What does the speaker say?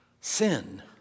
sin